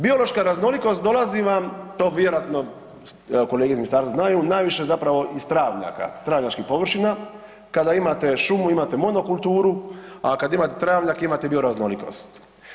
Biološka raznolikost dolazi vam, to vjerojatno evo kolege iz ministarstva znaju, najviše zapravo iz travnjaka, travnjačkih površina kada imate šumu, imate monokulturu, a kad imate travnjak, imate bioraznolikost.